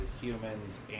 humans